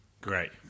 Great